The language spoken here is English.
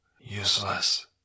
useless